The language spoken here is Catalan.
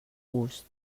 gust